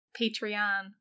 Patreon